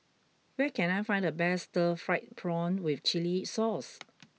where can I find the best Stir Fried Prawn with Chili Sauce